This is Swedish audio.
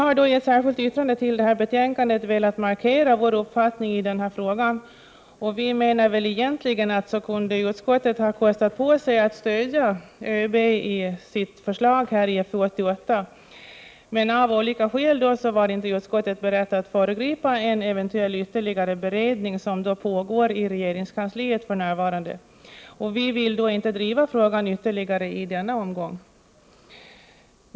Centern har i ett särskilt yttrande till betänkandet velat markera vår uppfattning i denna fråga och menar att utskottet egentligen kunde ha kostat på sig att stödja ÖB i förslaget till FU88. Av olika skäl var dock inte utskottet berett att föregripa en eventuell ytterligare beredning, som för närvarande pågår i regeringskansliet. Vi vill då inte driva frågan ytterligare i denna omgång.